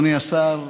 אדוני השר,